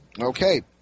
Okay